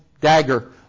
dagger